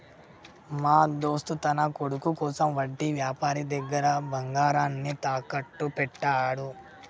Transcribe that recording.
మా దోస్త్ తన కొడుకు కోసం వడ్డీ వ్యాపారి దగ్గర బంగారాన్ని తాకట్టు పెట్టాడు